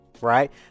right